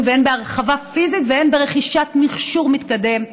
והן בהרחבה פיזית והן ברכישת מכשור מתקדם,